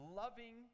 loving